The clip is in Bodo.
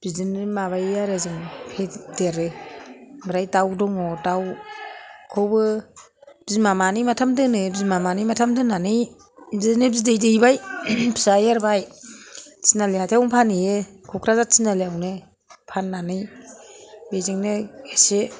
बिदिनो माबायो आरो जों फेदेरो ओमफ्राय दाउ दङ' दाउखौबो बिमा मानै माथाम दोनो बिमा मानै माथाम दोननानै बिदिनो बिदै दैबाय फिसा एरबाय तिनालि हाथायावनो फानहैयो क'क्राझार तिनालिआवनो फान्नानै बेजोंनो एसे